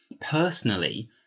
personally